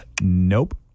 Nope